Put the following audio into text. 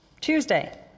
Tuesday